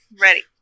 ready